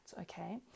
okay